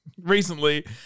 recently